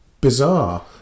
bizarre